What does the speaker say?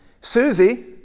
Susie